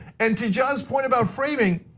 and to john's point about framing,